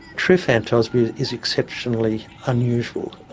true phantosmia is exceptionally unusual.